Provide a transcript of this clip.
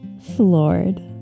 floored